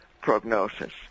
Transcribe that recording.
prognosis